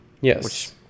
yes